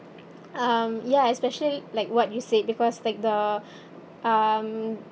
um ya especially like what you said because like the um